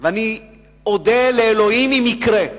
ואני אודה לאלוהים אם יקרה,